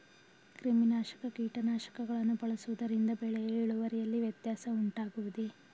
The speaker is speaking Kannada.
ಕ್ರಿಮಿನಾಶಕ ಕೀಟನಾಶಕಗಳನ್ನು ಬಳಸುವುದರಿಂದ ಬೆಳೆಯ ಇಳುವರಿಯಲ್ಲಿ ವ್ಯತ್ಯಾಸ ಉಂಟಾಗುವುದೇ?